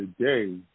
today